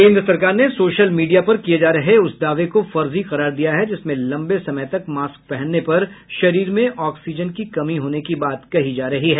केन्द्र सरकार ने सोशल मीडिया पर किये जा रहे उस दावे को फर्जी करार दिया है जिसमें लंबे समय तक मास्क पहनने पर शरीर में ऑक्सीजन की कमी होने की बात कही जा रही है